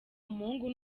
umuhungu